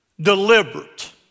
Deliberate